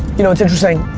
you know it's interesting